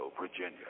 Virginia